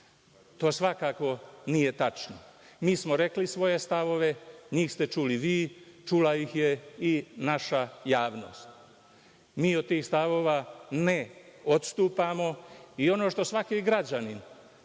To svakako nije tačno. Mi smo rekli svoje stavove, njih ste čuli vi, čula ih je i naša javnost. Mi od tih stavova ne odstupamo i ono što svaki građanin